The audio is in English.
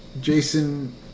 Jason